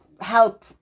help